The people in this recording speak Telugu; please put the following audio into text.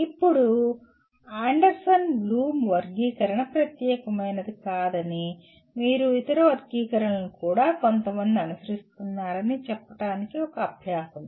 ఇప్పుడు అండర్సన్ బ్లూమ్ వర్గీకరణ ప్రత్యేకమైనది కాదని మరియు ఇతర వర్గీకరణలను కూడా కొంతమంది అనుసరిస్తున్నారని చెప్పడానికి ఒక అభ్యాసం